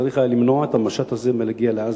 שצריך היה למנוע את המשט הזה מלהגיע לעזה.